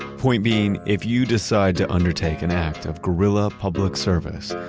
point being, if you decide to undertake an act of guerrilla public service,